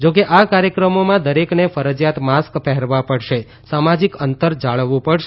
જો કે આ કાર્યક્રમોમાં દરેકને ફરજિયાત માસ્ક પહેરવા પડશે સામાજિક અંતર જાળવવું પડશે